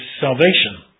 salvation